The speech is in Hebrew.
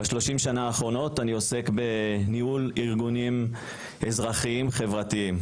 ב-30 השנים האחרונות אני עוסק בניהול ארגונים אזרחיים חברתיים,